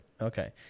Okay